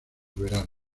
verano